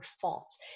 fault